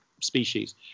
species